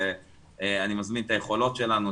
אני מציע את היכולות שלנו,